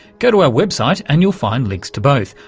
go to our website and you'll find links to both.